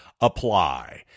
apply